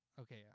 okay